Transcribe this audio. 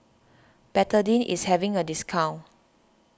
Betadine is having a discount